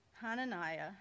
Hananiah